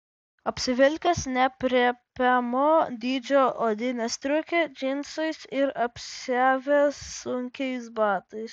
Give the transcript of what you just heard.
apsivilkęs neaprėpiamo dydžio odine stiuke džinsais ir apsiavęs sunkiais batais